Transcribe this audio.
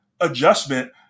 adjustment